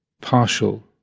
partial